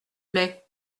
plait